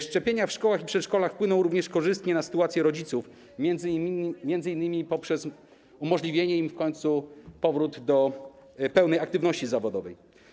Szczepienia w szkołach i przedszkolach wpłyną również korzystnie na sytuację rodziców, m.in. poprzez umożliwienie im w końcu powrotu do pełnej aktywności zawodowej.